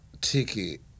ticket